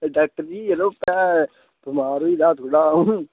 एह् डाक्टर जी जरो भैं बमार होई दा थोह्ड़ा अ'ऊं